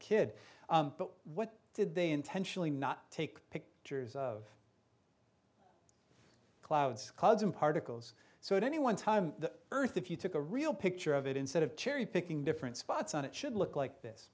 kid but what did they intentionally not take pictures of clouds clouds and particles so at any one time the earth if you took a real picture of it instead of cherry picking different spots on it should look like this